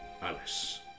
Alice